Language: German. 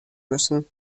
müssen